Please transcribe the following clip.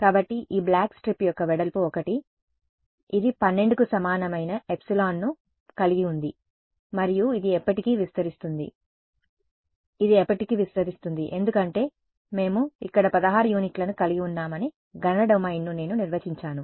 కాబట్టి ఈ black strip యొక్క వెడల్పు 1 ఇది 12కి సమానమైన ఎప్సిలాన్ను కలిగి ఉంది మరియు ఇది ఎప్పటికీ విస్తరిస్తుంది ఇది ఎప్పటికీ విస్తరిస్తుంది ఎందుకంటే మేము ఇక్కడ 16 యూనిట్లను కలిగి ఉన్నామని గణన డొమైన్ను నేను నిర్వచించాను